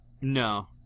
No